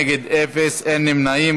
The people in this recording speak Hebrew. נגד, אפס, אין נמנעים.